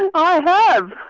and i have.